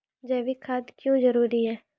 जैविक खाद क्यो जरूरी हैं?